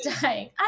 dying